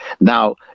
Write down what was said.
now